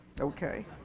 okay